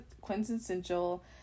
quintessential